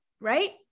right